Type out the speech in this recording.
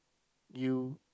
you